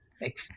make